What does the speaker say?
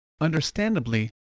Understandably